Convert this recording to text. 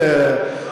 אל,